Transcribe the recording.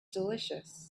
delicious